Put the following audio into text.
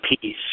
peace